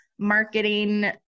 marketing